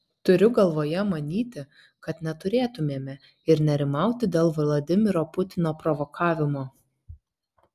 turiu galvoje manyti kad neturėtumėme ir nerimauti dėl vladimiro putino provokavimo